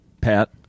Pat